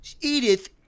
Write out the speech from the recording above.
Edith